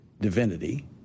divinity